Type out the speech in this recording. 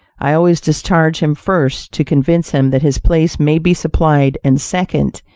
i always discharge him first, to convince him that his place may be supplied, and second,